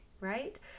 right